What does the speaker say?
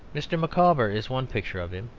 mr. micawber is one picture of him.